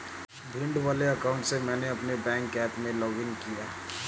भिंड वाले अकाउंट से मैंने अपने बैंक ऐप में लॉग इन किया